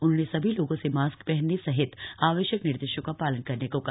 उन्होंने सभी लोगों से मास्क हनने सहित आवश्यक निर्देशों का शालन करने को कहा